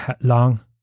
long